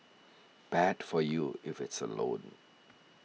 bad for you if it's a loan